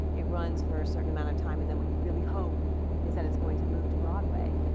it runs for a certain amount of time and then what you really hope is that it's going to move to broadway.